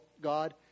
god